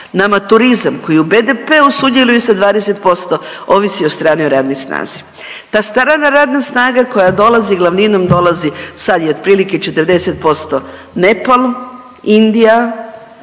Nama turizam koji u BDP-u sudjeluje sa 20% ovisi o stranoj radnoj snazi. Ta strana radna snaga koja dolazi glavninom dolazi sad je otprilike 40% Nepal, Indija,